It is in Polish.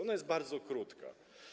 Ona jest bardzo krótka.